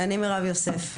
אני מירב יוסף.